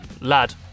lad